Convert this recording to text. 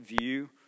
view